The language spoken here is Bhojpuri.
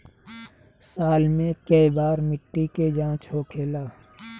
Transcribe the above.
साल मे केए बार मिट्टी के जाँच होखेला?